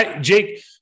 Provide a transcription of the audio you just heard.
Jake